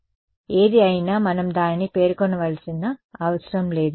కాబట్టి ఏది అయినా మనం దానిని పేర్కొనవలసిన అవసరం లేదు